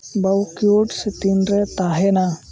ᱵᱚᱢᱠᱤᱭᱩᱴᱥ ᱛᱤᱱᱨᱮ ᱛᱟᱦᱮᱱᱟ